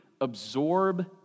absorb